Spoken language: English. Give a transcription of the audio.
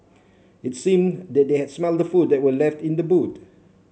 it seemed that they had smelt the food that were left in the boot